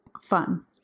fun